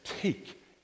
take